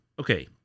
okay